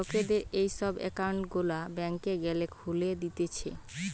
লোকদের এই সব একউন্ট গুলা ব্যাংকে গ্যালে খুলে দিতেছে